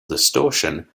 distortion